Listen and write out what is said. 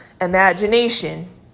imagination